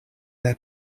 their